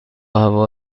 هوا